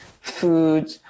food